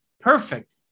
perfect